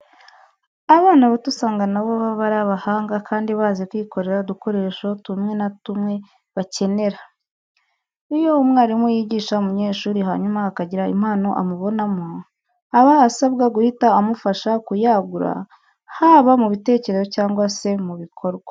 Abana bato usanga na bo baba ari abahanga kandi bazi kwikorera udukoresho tumwe na tumwe bakenera. Iyo umwarimu yigisha umunyeshuri hanyuma akagira impano amubonamo, aba asabwa guhita amufasha kuyagura haba mu bitekerezo cyangwa se mu bikorwa.